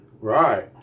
Right